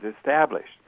established